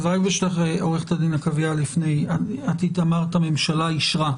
עורכת הדין עקביה, את אמרת שהממשלה אישרה.